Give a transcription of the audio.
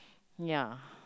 ya